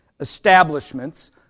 establishments